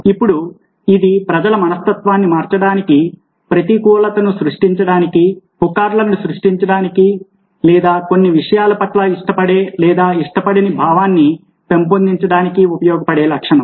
ఇప్పుడు ఇది ప్రజల మనస్తత్వాన్ని మార్చడానికి ప్రతికూలతను సృష్టించడానికి పుకార్లను సృష్టించడానికి లేదా కొన్ని విషయాల పట్ల ఇష్టపడే లేదా ఇష్టపడని భావాన్ని పెంపొందించడానికి ఉపయోగపడే లక్షణం